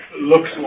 looks